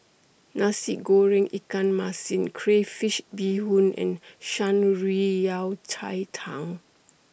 Nasi Goreng Ikan Masin Crayfish Beehoon and Shan Rui Yao Cai Tang